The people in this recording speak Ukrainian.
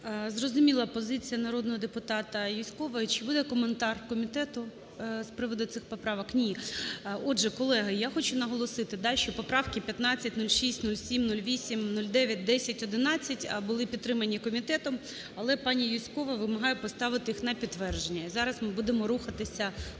Зрозуміла позиція народного депутата Юзькової. Чи буде коментар комітету з приводу цих поправок? Ні. Отже, колеги, я хочу наголосити дальше поправки 1506, 07, 08, 09, 10, 11 були підтримані комітетом, але пані Юзькова вимагає поставити їх на підтвердження. Зараз ми будемо рухатися по